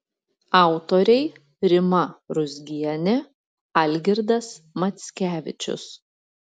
autoriai rima ruzgienė algirdas mackevičius